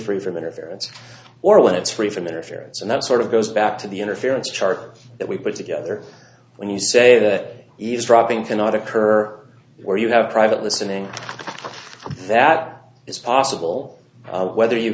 from interference or when it's free from interference and that sort of goes back to the interference chart that we put together when you say that eavesdropping cannot occur where you have private listening that is possible whether you